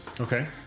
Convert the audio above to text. Okay